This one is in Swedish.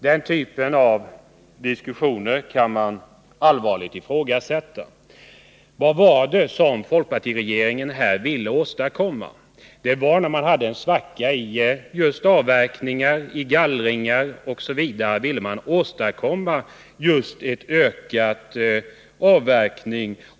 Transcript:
Denna typ av påståenden kan allvarligt ifrågasättas och knappast tas på allvar. Vad var det som folkpartiregeringen ville åstadkomma med detta stöd? Stödet infördes när vi hade en svacka i just avverkningarna och gallringarna. Vad man ville åstadkomma var därför en ökad avverkning.